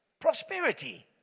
prosperity